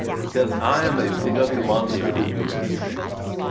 because i am a big ugly monster who ruins things.